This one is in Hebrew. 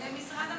זה משרד המשפטים,